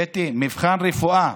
קטי, מבחן רפואה.